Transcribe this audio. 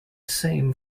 same